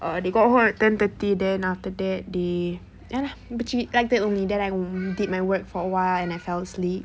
err they got home ten thirty then after they ya lah bercerita like that only then I did my work for a while and I fell asleep